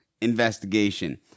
investigation